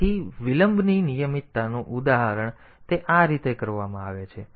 તેથી વિલંબની નિયમિતતાનું ઉદાહરણ તેથી તે આ રીતે કરવામાં આવે છે